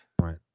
right